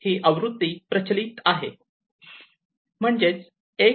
8 आवृत्ती प्रचलीत आहे म्हणजेच 1